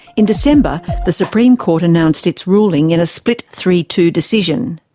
in december, the supreme court announced its ruling in a split three two decision.